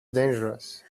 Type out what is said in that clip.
dangerous